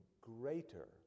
greater